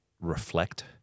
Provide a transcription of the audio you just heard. reflect